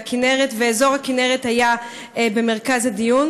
והכינרת ואזור הכינרת היו במרכז הדיון.